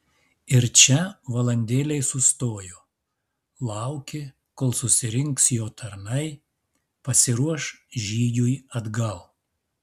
ir čia valandėlei sustojo laukė kol susirinks jo tarnai pasiruoš žygiui atgal